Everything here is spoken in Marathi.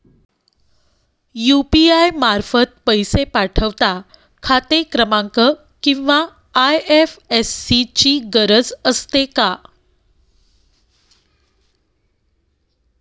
यु.पी.आय मार्फत पैसे पाठवता खाते क्रमांक किंवा आय.एफ.एस.सी ची गरज असते का?